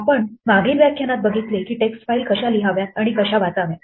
आपण मागील व्याख्यानात बघितले की टेक्स्टफाईल कशा लिहाव्यात आणि कशा वाचाव्यात